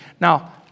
now